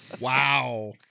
Wow